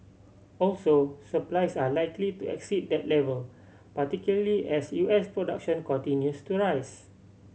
also supplies are likely to exceed that level particularly as U S production continues to rise